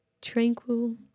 tranquil